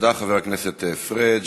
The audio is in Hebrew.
תודה לחבר הכנסת פריג'.